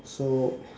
so